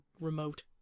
remote